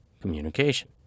communication